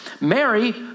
Mary